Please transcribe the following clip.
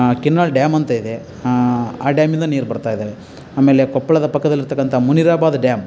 Kinnal dam ಅಂತ ಇದೆ ಆ ಡ್ಯಾಮಿಂದ ನೀರು ಬರ್ತಾಯಿದ್ದಾವೆ ಆಮೇಲೆ ಕೊಪ್ಪಳದ ಪಕ್ಕದಲ್ಲಿರತಕ್ಕಂಥ ಮುನಿರಾಬಾದ್ ಡ್ಯಾಮ್